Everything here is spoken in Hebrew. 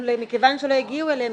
מכיוון שלא הגיעו אליהם,